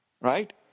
right